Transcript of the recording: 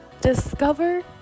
discover